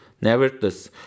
Nevertheless